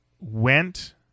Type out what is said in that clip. went